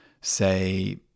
say